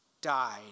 died